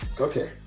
Okay